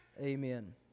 Amen